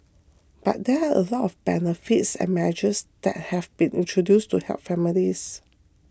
but there are a lot of benefits and measures that have been introduced to help families